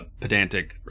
pedantic